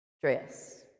dress